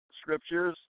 scriptures